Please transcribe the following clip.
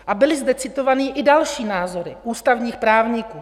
A byly zde citované i další názory ústavních právníků.